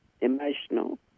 emotional